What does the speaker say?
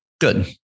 good